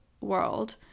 world